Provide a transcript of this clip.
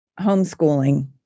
homeschooling